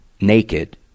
naked